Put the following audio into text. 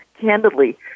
candidly